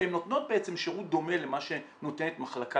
הן נותנות בעצם שירות דומה למה שנותנת מחלקה